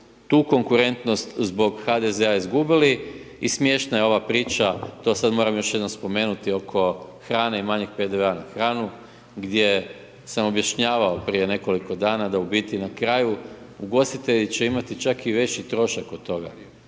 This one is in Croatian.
tu konkurentnost zbog HDZ-a izgubili i smiješna je ova priča, to sad moram još jednom spomenuti oko hrane i manjeg PDV-a na hranu, gdje sam objašnjavao prije nekoliko dana da u biti na kraju ugostitelji će imati čak i veći trošak od toga.